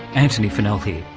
antony funnell here.